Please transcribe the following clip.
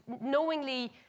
knowingly